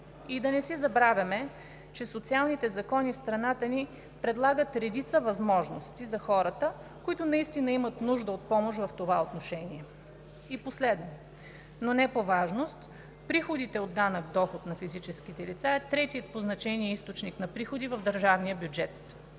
Да не забравяме, че социалните закони в страната ни предлагат редица възможности за хората, които наистина имат нужда от помощ в това отношение. Последно, но не по важност – приходите от данък доход на физическите лица са третият по значение източник на приходи в държавния бюджет.